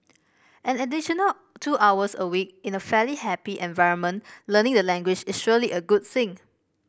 an additional two hours a week in a fairly happy environment learning the language is surely a good thing